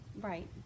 Right